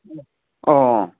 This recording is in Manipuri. ꯑꯣ